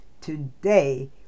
today